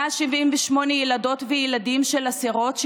יש 178 ילדות וילדים של אסירות,